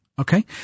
Okay